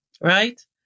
right